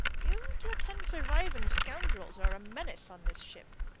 you and your ten surviving scoundrels are a menace on this ship.